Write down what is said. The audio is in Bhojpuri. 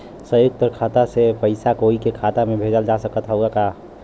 संयुक्त खाता से पयिसा कोई के खाता में भेजल जा सकत ह का?